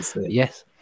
Yes